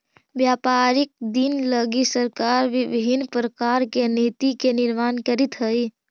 व्यापारिक दिन लगी सरकार विभिन्न प्रकार के नीति के निर्माण करीत हई